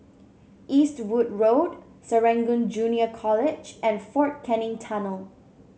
Eastwood Road Serangoon Junior College and Fort Canning Tunnel